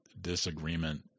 disagreement